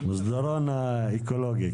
המסדרון האקולוגי.